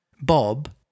Bob